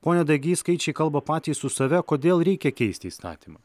pone dagy skaičiai kalba patys už save kodėl reikia keisti įstatymą